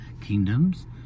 kingdoms